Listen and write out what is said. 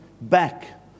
back